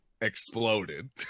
exploded